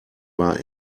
war